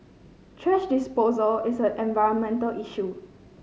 thrash disposal is an environmental issue